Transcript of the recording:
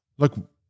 Look